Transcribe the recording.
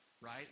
right